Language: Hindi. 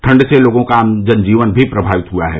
ठंड से लोगों का आम जन जीवन भी प्रमावित हुआ है